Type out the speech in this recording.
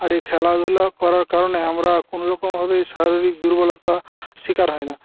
আর এই খেলাধুলা করার কারণে আমরা কোনোরকমভাবে শারীরিক দুর্বলতার শিকার হয় না